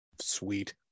sweet